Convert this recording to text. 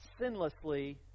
sinlessly